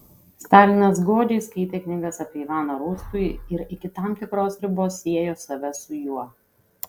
stalinas godžiai skaitė knygas apie ivaną rūstųjį ir iki tam tikros ribos siejo save su juo